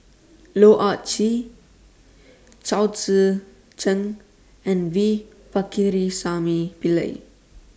Loh Ah Chee Chao Tzee Cheng and V Pakirisamy Pillai